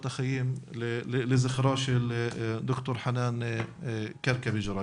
החיים לזכרה של ד"ר חנאן כרכבי-ג'ראייסי.